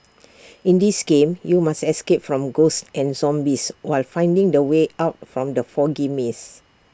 in this game you must escape from ghosts and zombies while finding the way out from the foggy maze